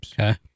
Okay